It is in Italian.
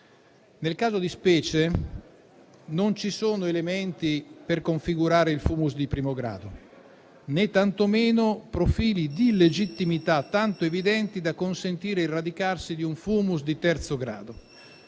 Nel caso di specie, non ci sono elementi per configurare il *fumus* di primo grado, né tantomeno profili di illegittimità tanto evidenti da consentire il radicarsi di un *fumus* di terzo grado.